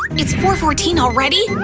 it's four-fourteen already!